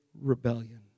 rebellion